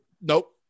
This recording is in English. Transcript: Nope